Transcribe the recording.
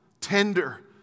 tender